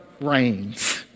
reigns